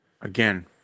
Again